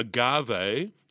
agave